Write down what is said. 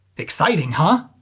exciting, huh?